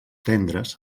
tendres